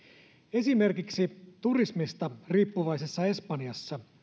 esimerkiksi turismista riippuvaisessa espanjassa